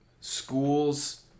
schools